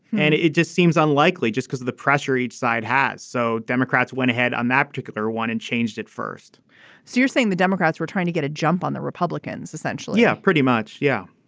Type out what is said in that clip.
and it just seems unlikely just because of the pressure each side has. so democrats went ahead on that particular one and changed it first so you're saying the democrats were trying to get a jump on the republicans essentially. yeah pretty much yeah